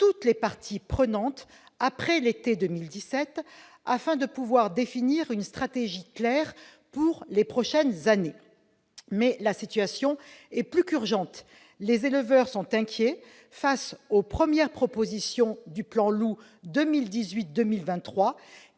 toutes les parties prenantes après l'été 2017, afin de pouvoir définir une stratégie claire pour les prochaines années. Mais la situation est urgente, les éleveurs sont inquiets face aux premières propositions du plan Loup 2018-2023,